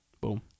Boom